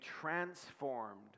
transformed